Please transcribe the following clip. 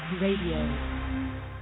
radio